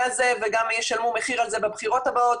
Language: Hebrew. הזה וגם ישלמו מחיר על זה בבחירות הבאות.